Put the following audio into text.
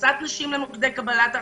הכנסת נשים למוקדי קבלת ההחלטות.